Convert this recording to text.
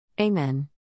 Amen